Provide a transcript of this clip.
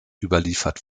überliefert